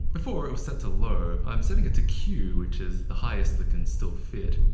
before it was set to low, i'm setting it to q which is the highest that can still fit.